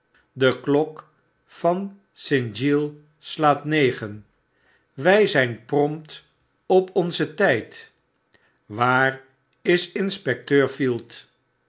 de klok van st giles slaat negen wij zijn prompt op onzen tijd waar is inspecteur field